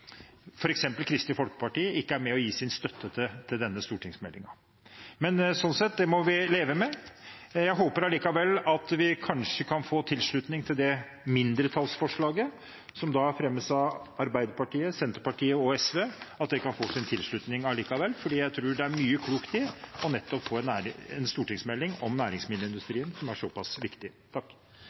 Kristelig Folkeparti ikke er med og gir sin støtte til denne stortingsmeldingen. Men det må vi leve med. Jeg håper likevel at vi kan få tilslutning til det mindretallsforslaget som fremmes av Arbeiderpartiet, Senterpartiet og SV, for jeg tror det er mye klokt i å få en stortingsmelding om næringsmiddelindustrien, som er så pass viktig.